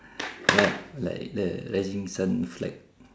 ya like the rising sun flag